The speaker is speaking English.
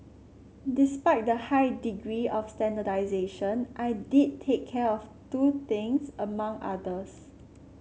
despite the high degree of standardisation I did take care of two things among others